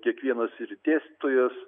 kiekvienas ir dėstytojas